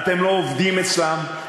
אתם לא עובדים אצלם,